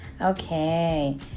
Okay